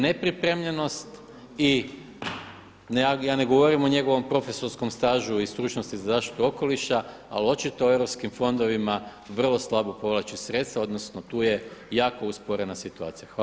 Nepripremljenost i ja ne govorim o njegovom profesorskom stažu i stručnosti za zaštitu okoliša, ali očito u europskim fondovima vrlo slabo povlači sredstva odnosno tu je jako usporena situacija.